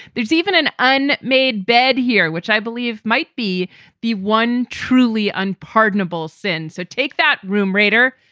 there's even an un made bed here, which i believe might be the one truly unpardonable sin. so take that room, rayder.